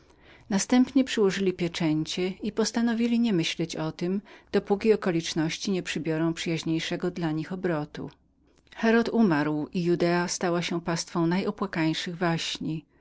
następnie przyłożyli pieczęcie i postanowili nie myśleć o tem dopóki okoliczności nie przybrałyby przyjaźniejszego dla nich obrotu herod umarł i judea stała się pastwą najopłakańszych waśni